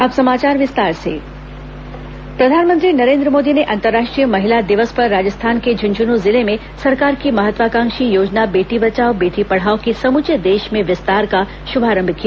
अंतर्राष्ट्रीय महिला दिवस प्रधानमंत्री प्रधानमंत्री नरेंद्र मोदी ने अंतर्राष्ट्रीय महिला दिवस पर राजस्थान के झुंझुनू जिले में सरकार की महत्वाकांक्षी योजना बेटी बचाओ बेटी पढ़ाओ के समूचे देश में विस्तार का शुभारंभ किया